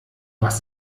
was